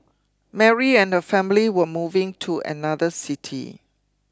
Mary and her family were moving to another city